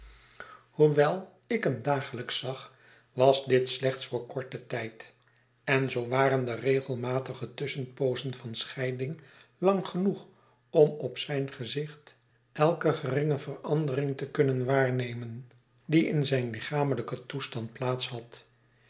hoewe ik hem dagelijks zag was ditslechts voor korten tijd en zoo waren de regelmatige tusschenpoozen van scheiding lang genoegom op zijn gezicht elke geringe verandering te kunnen waarnemen die in zijn lichamelijken toestand plaats had